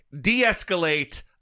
de-escalate